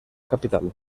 capital